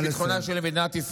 נא לסיים.